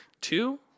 Two